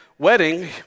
Wedding